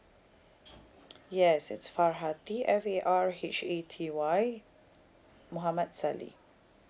yes it's farhaty F A R H A T Y muhammad salleh